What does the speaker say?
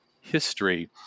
history